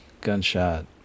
Gunshot